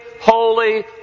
holy